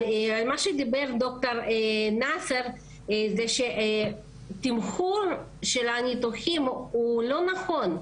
אבל מה שדיבר עליו ד"ר נאסר זה שהתמחור של הניתוחים הוא לא נכון.